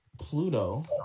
Pluto